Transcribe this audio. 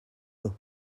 nhw